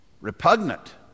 repugnant